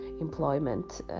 employment